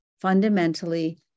fundamentally